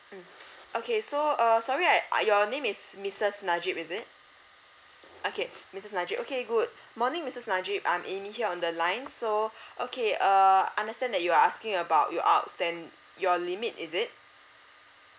mm okay so err sorry I uh your name is missus najib is it okay missus najib okay good morning missus najib I'm amy here on the line so okay uh understand that you're asking about your outstand~ your limit is it